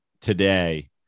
today